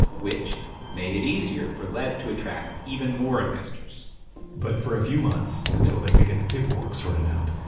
which made it easier for lev to attract even more investors but for a few months, until they could get the paperwork sorted out,